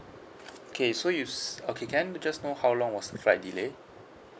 okay so you s~ okay can I just know how long was the flight delay